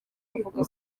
avuga